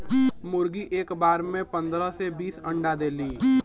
मुरगी एक बार में पन्दरह से बीस ठे अंडा देली